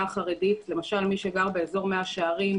החרדית - למשל מי שגר באזור מאה שערים,